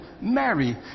Mary